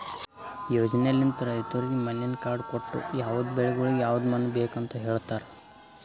ಯೋಜನೆಲಿಂತ್ ರೈತುರಿಗ್ ಮಣ್ಣಿನ ಕಾರ್ಡ್ ಕೊಟ್ಟು ಯವದ್ ಬೆಳಿಗೊಳಿಗ್ ಯವದ್ ಮಣ್ಣ ಬೇಕ್ ಅಂತ್ ಹೇಳತಾರ್